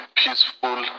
peaceful